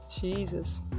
Jesus